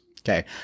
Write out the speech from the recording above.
okay